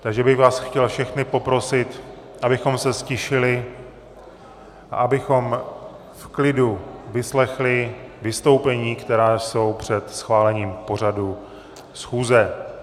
Takže bych vás chtěl všechny poprosit, abychom se ztišili, abychom v klidu vyslechli vystoupení, která jsou před schválením pořadu schůze.